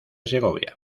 segovia